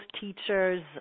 teachers